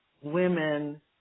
women